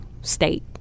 state